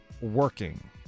working